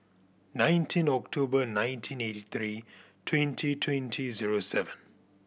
nineteen October nineteen eighty three twenty twenty zero seven